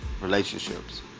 relationships